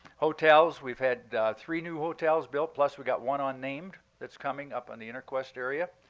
hotels we've had three new hotels built, plus we've got one ah unnamed that's coming up on the interquest area.